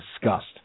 disgust